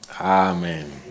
Amen